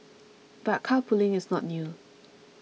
but carpooling is not new